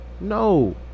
no